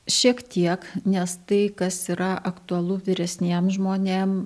šiek tiek nes tai kas yra aktualu vyresniem žmonėm